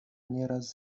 nieraz